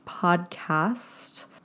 podcast